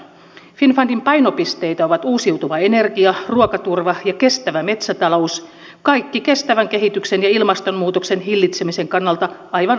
finnfundin painopisteitä ovat uusiutuva energia ruokaturva ja kestävä metsätalous kaikki kestävän kehityksen ja ilmastonmuutoksen hillitsemisen kannalta aivan avainasioita